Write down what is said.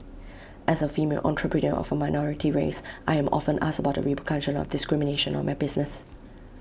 as A female entrepreneur of A minority race I am often asked about the repercussion of discrimination on my business